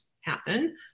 happen